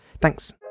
Thanks